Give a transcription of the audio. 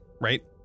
right